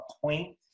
point